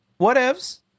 Whatevs